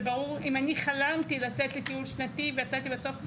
זה ברור אם אני חלמתי לצאת לטיול שנתי ויצאתי בסוף,